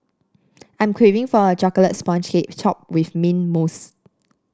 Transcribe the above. I'm craving for a chocolate sponge cake topped with mint mousse